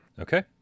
Okay